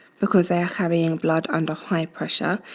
because they are carrying blood under high pressure,